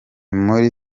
muri